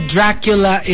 Dracula